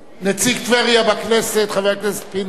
נציג טבריה בכנסת חבר הכנסת פיניאן,